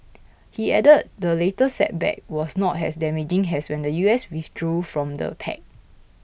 he added the latest setback was not as damaging as when the U S withdrew from the pact